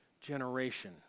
generation